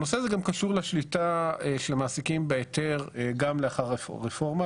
הנושא הזה גם קשור לשליטה של המעסיקים בהיתר גם לאחר הרפורמה,